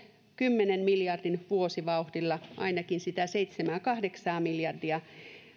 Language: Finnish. kymmenen miljardin vuosivauhdilla ainakin seitsemän viiva kahdeksan miljardin